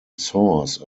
source